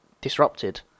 disrupted